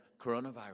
coronavirus